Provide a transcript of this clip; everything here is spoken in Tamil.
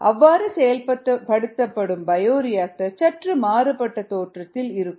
அவ்வாறு செயல்படுத்தப்படும் பயோரியாக்டர் சற்று மாறுபட்ட தோற்றத்தில் இருக்கும்